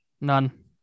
None